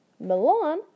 Milan